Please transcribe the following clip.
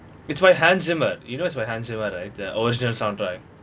it's by hans zimmer you know it's by hans zimmer right the original soundtrack